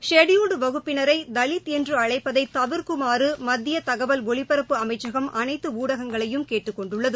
ஷெட்யூல்டுவகுப்பினரைதலித் என்றுஅழைப்பதைவிர்க்குமாறுமத்தியதகவல் ஒலிபரப்பு அமைச்சகம் அனைத்துணடகங்களையும் கேட்டுக் கொண்டுள்ளது